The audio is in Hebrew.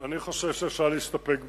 אני חושב שאפשר להסתפק בזה.